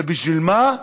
ובשביל מה?